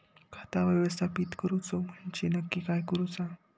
खाता व्यवस्थापित करूचा म्हणजे नक्की काय करूचा?